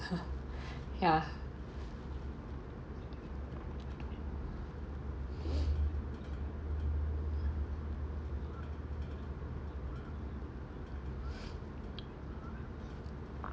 ya